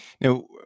Now